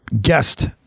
guest